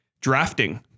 Drafting